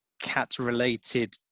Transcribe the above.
cat-related